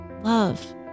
love